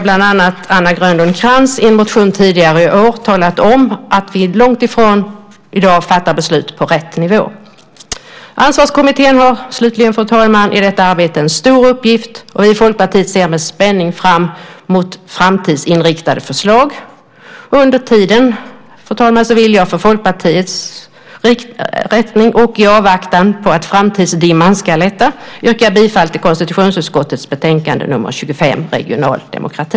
Bland andra Anna Grönlund Krantz har i en motion tidigare i år talat om att vi i dag långt ifrån fattar beslut på rätt nivå. Ansvarskommittén har en stor uppgift i detta arbete. Vi i Folkpartiet ser med spänning fram emot framtidsinriktade förslag. Under tiden vill jag för Folkpartiets räkning och i avvaktan på att framtidsdimman ska lätta yrka bifall till utskottets förslag i konstitutionsutskottets betänkande nr 25 Regional demokrati.